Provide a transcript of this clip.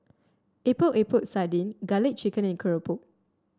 Epok Epok Sardin garlic chicken and keropok